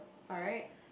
alright